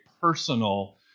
personal